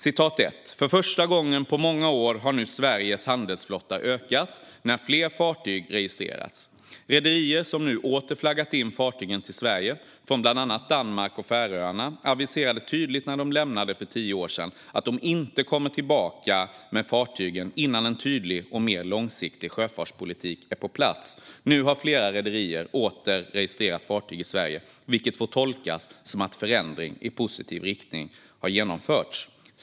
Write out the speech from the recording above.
Citat 1: "För första gången på många år har nu Sveriges handelsflotta ökat när fler fartyg registrerats. Rederier som nu åter flaggat in fartygen till Sverige från bland annat Danmark och Färöarna, aviserade tydligt när de lämnade för tio år sedan att de inte kommer tillbaka med fartygen innan en tydlig och mer långsiktig sjöfartspolitik är på plats. Nu har flera rederier åter registrerat fartyg i Sverige vilket får tolkas som att förändring i positiv riktning har genomförts."